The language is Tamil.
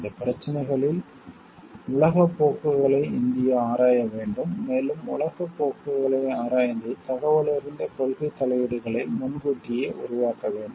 இந்தப் பிரச்சினைகளில் உலகப் போக்குகளை இந்தியா ஆராய வேண்டும் மேலும் உலகப் போக்குகளை ஆராய்ந்து தகவலறிந்த கொள்கைத் தலையீடுகளை முன்கூட்டியே உருவாக்க வேண்டும்